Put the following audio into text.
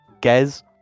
Gez